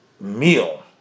meal